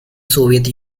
soviet